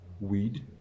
weed